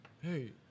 Hey